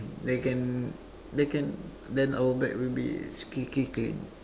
they can they can then our back will be squeaky clean